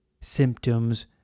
symptoms